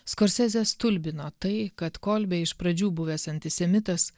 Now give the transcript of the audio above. skorsezę stulbino tai kad kolbė iš pradžių buvęs antisemitas